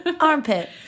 Armpit